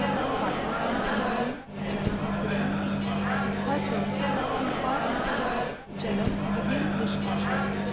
तत्र पात्रस्य बन्धनं जनाः कुर्वन्ति तथा च कूपात् जलं बहिः निष्कासयति